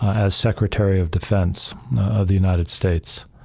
as secretary of defense of the united states.